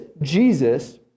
Jesus